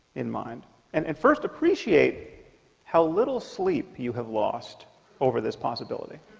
in mind and at first appreciate how little sleep you have lost over this possibility